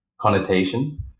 connotation